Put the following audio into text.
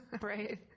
Right